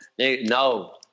no